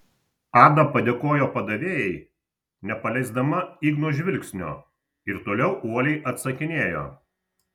ada padėkojo padavėjai nepaleisdama igno žvilgsnio ir toliau uoliai atsakinėjo